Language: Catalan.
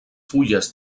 fulles